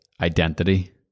identity